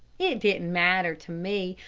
it didn't matter to me,